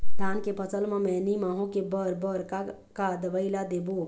धान के फसल म मैनी माहो के बर बर का का दवई ला देबो?